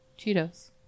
cheetos